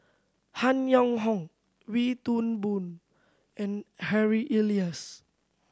Han Yong Hong Wee Toon Boon and Harry Elias